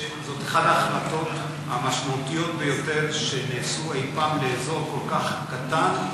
שזאת אחת ההחלטות המשמעותיות ביותר שנעשו אי-פעם לאזור כל כך קטן,